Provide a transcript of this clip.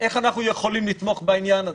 איך אנחנו יכולים לתמוך בעניין הזה?